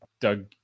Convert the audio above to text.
Doug